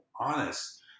honest